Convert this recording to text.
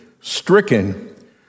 stricken